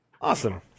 Awesome